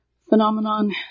phenomenon